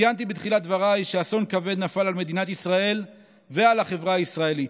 ציינתי בתחילת דבריי שאסון כבד נפל על מדינת ישראל ועל החברה הישראלית,